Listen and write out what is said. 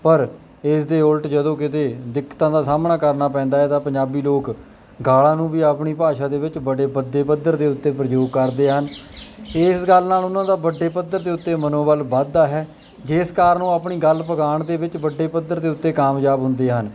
ਪਰ ਇਸ ਦੇ ਉਲਟ ਜਦੋਂ ਕਿਤੇ ਦਿੱਕਤਾਂ ਦਾ ਸਾਹਮਣਾ ਕਰਨਾ ਪੈਂਦਾ ਇਹਦਾ ਪੰਜਾਬੀ ਲੋਕ ਗਾਲਾਂ ਨੂੰ ਵੀ ਆਪਣੀ ਭਾਸ਼ਾ ਦੇ ਵਿੱਚ ਬੜੇ ਵੱਡੇ ਪੱਧਰ ਦੇ ਉੱਤੇ ਪ੍ਰਯੋਗ ਕਰਦੇ ਹਨ ਇਸ ਗੱਲ ਨਾਲ ਉਹਨਾਂ ਦਾ ਵੱਡੇ ਪੱਧਰ ਦੇ ਉੱਤੇ ਮਨੋਬਲ ਵੱਧਦਾ ਹੈ ਜਿਸ ਕਾਰਨ ਉਹ ਆਪਣੀ ਗੱਲ ਪੁਗਾਉਣ ਦੇ ਵਿਚ ਵੱਡੇ ਪੱਧਰ ਦੇ ਉੱਤੇ ਕਾਮਯਾਬ ਹੁੰਦੇ ਹਨ